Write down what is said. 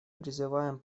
призываем